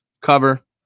Cover